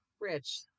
rich